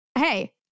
Hey